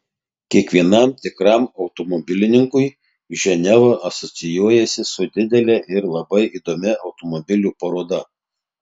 kiekvienam tikram automobilininkui ženeva asocijuojasi su didele ir labai įdomia automobilių paroda